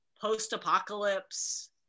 post-apocalypse